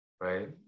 Right